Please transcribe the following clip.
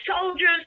soldiers